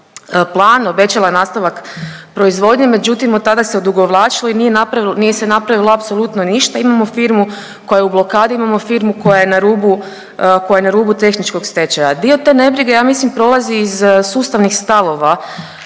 plan, obećala je nastavak proizvodnje međutim od tada se odugovlačilo i nije napravil… nije se napravilo apsolutno ništa. Imamo firmu koja je u blokadi, imamo firmu koja je na rubu, koja je na rubu tehničkog stečaja. Dio te nebrige ja mislim prolazi iz sustavnih stavova